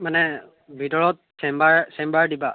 মানে ভিতৰত chamber chamber দিবা